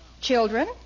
Children